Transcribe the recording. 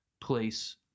place